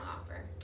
offer